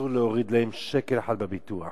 אסור להוריד להם שקל אחד בביטוח.